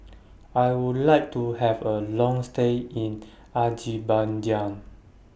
I Would like to Have A Long stay in Azerbaijan